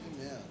Amen